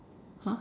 !huh!